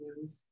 news